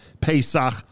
Pesach